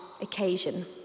occasion